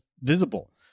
visible